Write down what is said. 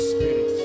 Spirit